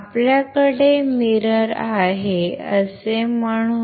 आपल्याकडे मिरर आहे असे म्हणूया